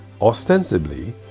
Ostensibly